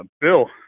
bill